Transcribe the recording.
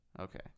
Okay